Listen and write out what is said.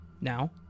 Now